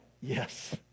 yes